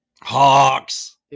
Hawks